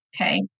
Okay